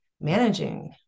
managing